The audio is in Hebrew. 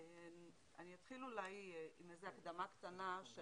אני אתחיל בהקדמה קצרה.